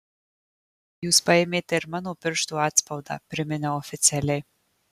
jūs paėmėte ir mano pirštų atspaudą priminiau oficialiai